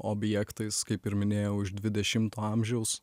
objektais kaip ir minėjau iš dvidešimto amžiaus